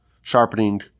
sharpening